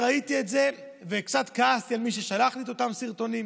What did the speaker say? כשראיתי את זה קצת כעסתי על מי ששלח לי את אותם סרטונים.